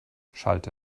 schallte